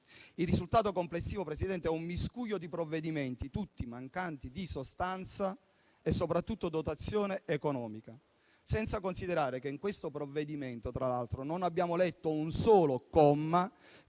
Il risultato complessivo è un miscuglio di provvedimenti, tutti mancanti di sostanza e soprattutto di dotazione economica, senza considerare che in questo provvedimento non abbiamo letto un solo comma